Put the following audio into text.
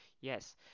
Yes